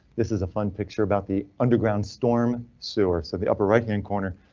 this is a fun picture about the underground storm sewer, so the upper right hand corner.